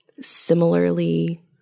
similarly